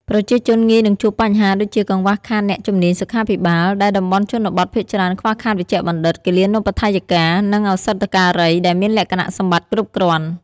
ប្រជាជនងាយនឹងជួបបញ្ហាដូចជាកង្វះខាតអ្នកជំនាញសុខាភិបាល ដែលតំបន់ជនបទភាគច្រើនខ្វះខាតវេជ្ជបណ្ឌិត គិលានុបដ្ឋាយិកា និងឱសថការីដែលមានលក្ខណៈសម្បត្តិគ្រប់គ្រាន់។